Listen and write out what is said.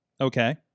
Okay